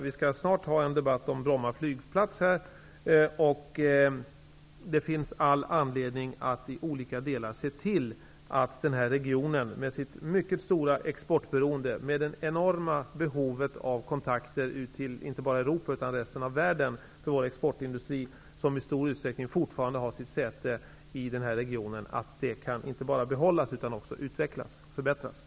Vi skall snart här ha en debatt om Bromma flygfält, och det finns all anledning att i olika delar tillse att denna region med sitt mycket stora exportberoende och med sitt enorma behov av kontakter inte bara med Europa utan också med resten av världen kan utvecklas och förbättras. I denna region har ju vår exportindustri fortfarande i stor utsträckning sitt säte.